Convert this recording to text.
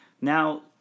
Now